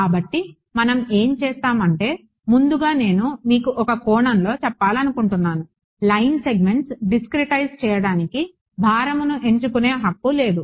కాబట్టి మనం ఏమి చేస్తాం అంటే ముందుగా నేను మీకు ఒక కోణంలో చెప్పాలనుకుంటున్నాను లైన్ సెగ్మెంట్స్ డిస్క్రెటైజ్ చేయడానికి భారమును ఎంచుకునే హక్కు లేదు